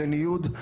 לניוד,